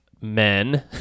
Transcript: men